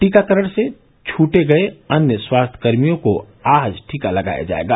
टीकाकरण से छूट गये अन्य स्वास्थ्यकर्मियों को आज टीका दिया जायेगा